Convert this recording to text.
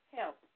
help